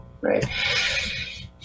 right